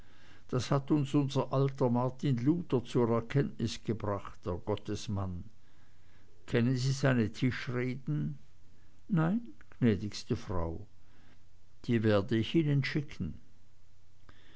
das hat uns unser alter martin luther zur erkenntnis gebracht der gottesmann kennen sie seine tischreden nein gnädigste frau die werde ich ihnen schicken